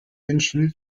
münchen